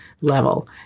level